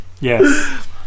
Yes